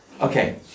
okay